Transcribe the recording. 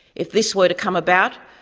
if this were to come about,